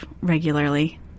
regularly